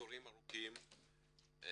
תורים ארוכים,